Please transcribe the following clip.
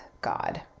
God